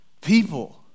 people